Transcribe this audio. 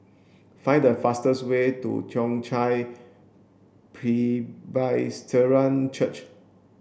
find the fastest way to Toong Chai Presbyterian Church